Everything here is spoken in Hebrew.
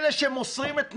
אותם, את אלה שמוסרים את נפשם,